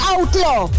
Outlaw